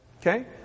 Okay